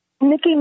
Nikki